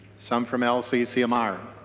some from lccmr.